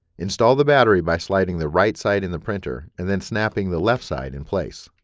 install the battery by sliding the right side in the printer and then snapping the left side in place.